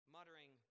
Muttering